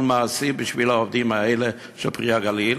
מעשי בשביל העובדים האלה של "פרי הגליל".